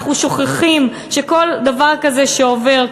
אנחנו שוכחים שכל דבר כזה שעובר,